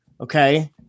Okay